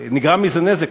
נגרם מזה נזק,